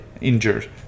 injured